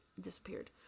Disappeared